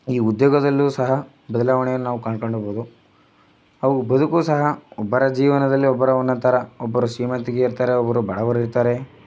ಈ ಉದ್ಯೋಗದಲ್ಲೂ ಸಹ ಬದಲಾವಣೆಯನ್ನು ನಾವು ಕಂಡ್ಕೊಂಡು ಹೋಗ್ಬೋದು ಅವು ಬದುಕು ಸಹ ಒಬ್ಬರ ಜೀವನದಲ್ಲಿ ಒಬ್ಬರ ಒಂದೊಂದು ಥರ ಒಬ್ಬರು ಶ್ರೀಮಂತಿಕೆ ಇರ್ತಾರೆ ಒಬ್ಬರು ಬಡವರು ಇರ್ತಾರೆ